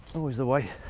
always the way.